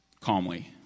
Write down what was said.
calmly